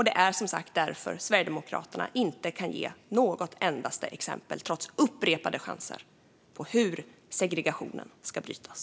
Det är därför Sverigedemokraterna inte kan ge något endaste exempel, trots upprepade chanser, på hur segregationen ska brytas.